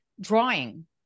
drawing